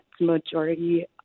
majority